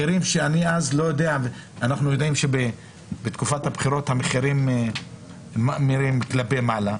אנחנו יודעים שבתקופת הבחירות המחירים מאמירים מעלה ולכן,